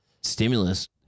stimulus